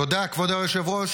תודה, כבוד היושב-ראש.